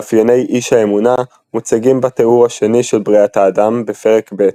מאפייני "איש האמונה" מוצגים בתיאור השני של בריאת האדם בפרק ב',